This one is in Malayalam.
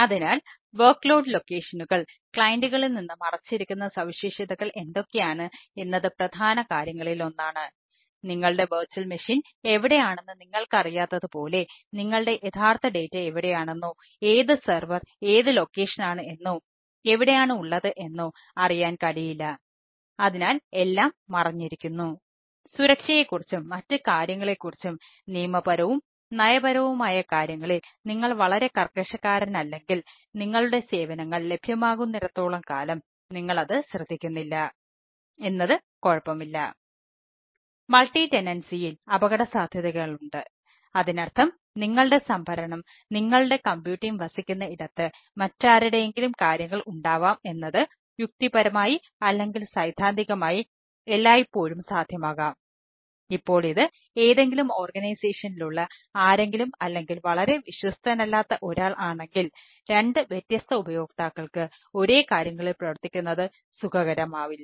അതിനാൽ വർക്ക്ലോഡ് ആരെങ്കിലും അല്ലെങ്കിൽ വളരെ വിശ്വസ്തനല്ലാത്ത ഒരാൾ ആണെങ്കിൽ രണ്ട് വ്യത്യസ്ത ഉപയോക്താക്കൾക്ക് ഒരേ കാര്യങ്ങളിൽ പ്രവർത്തിക്കുന്നത് സുഖകരമാവില്ല